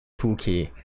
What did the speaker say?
2k